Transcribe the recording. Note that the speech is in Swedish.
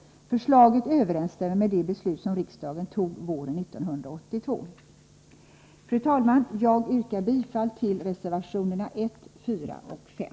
Förslaget överensstämmer med det beslut som riksdagen fattade våren 1982. Fru talman! Jag yrkar bifall till reservationerna 1, 4 och 5.